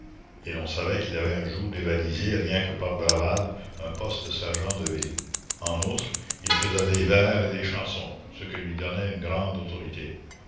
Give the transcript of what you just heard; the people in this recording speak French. et l'on savait qu'il avait un jour dévalisé rien que par bravade un poste de sergents de ville en outre il faisait des vers et des chansons ce qui lui donnait une grande autorité